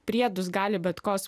priedus gali bet kas